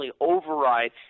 override